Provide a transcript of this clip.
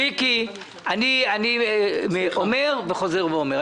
אני אומר וחוזר ואומר.